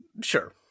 Sure